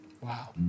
Wow